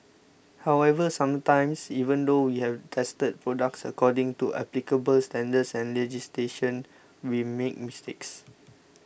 however sometimes even though we have tested products according to applicable standards and legislation we make mistakes